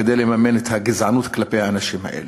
כדי לממן את הגזענות כלפי האנשים האלה.